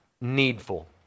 needful